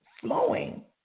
flowing